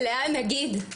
לאן נגיד?